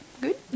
good